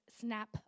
snap